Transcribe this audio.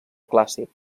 clàssic